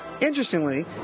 Interestingly